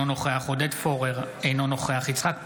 אינו נוכח עודד פורר, אינו נוכח יצחק פינדרוס,